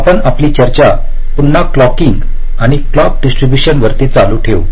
आपण आपली चर्चा पुन्हा क्लॉकिंग आणि क्लॉक डिस्ट्रीब्यूशन वरती चालू ठेवू